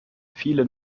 viele